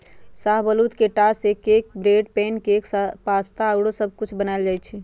शाहबलूत के टा से cake, bread, pancake, pasta आउरो सब कुछ बनायल जाइ छइ